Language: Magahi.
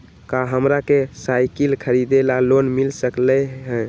का हमरा के साईकिल खरीदे ला लोन मिल सकलई ह?